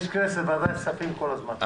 יש ועדת כספים יש כל הזמן.